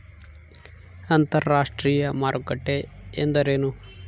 ಅಂತರಾಷ್ಟ್ರೇಯ ಮಾರುಕಟ್ಟೆ ಎಂದರೇನು?